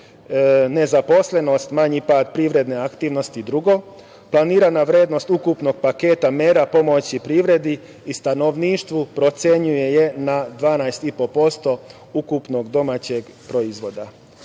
nezaposlenost, manji pad privredne aktivnosti i drugo. Planirana vrednost ukupnog paketa mera pomoći privredi i stanovništvu procenjuje se na 12,5% ukupnog domaćeg proizvoda. Ukupan